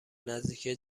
نزدیکی